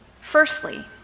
Firstly